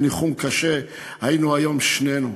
הוא יכול להעיד באיזה ניחום קשה היינו היום שנינו.